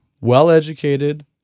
Well-educated